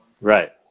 Right